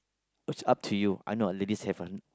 it's up to you I know ladies have one